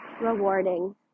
rewarding